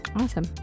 Awesome